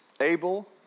Abel